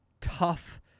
tough